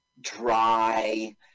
dry